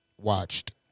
watched